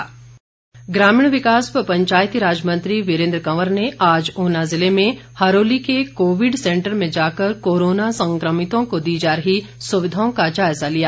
वीरेन्द्र कंवर ग्रामीण विकास व पंचायतीराज मंत्री वीरेन्द्र कंवर ने आज ऊना जिले में हरोली के कोविड सेंटर में जाकर कोरोना संक्रमितों को दी जा रही सुविधाओं का जायजा लिया